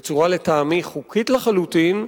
בצורה, לטעמי, חוקית לחלוטין,